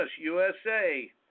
USA